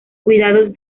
cuidados